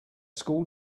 school